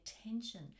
attention